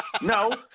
No